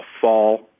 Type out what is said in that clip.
fall